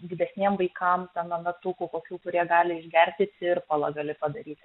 didesniem vaikam ten nuo metukų kokių kurie gali išgerti tirpalą gali padaryti